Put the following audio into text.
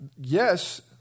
yes